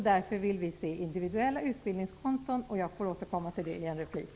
Därför vill vi se ett system med individuella utbildningskonton. Det får jag återkomma till i en replik.